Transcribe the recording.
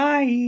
Bye